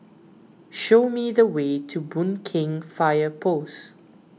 show me the way to Boon Keng Fire Post